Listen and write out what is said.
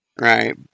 Right